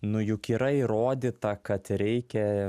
nu juk yra įrodyta kad reikia